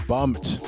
Bumped